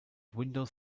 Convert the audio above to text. windows